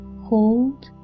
hold